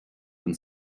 den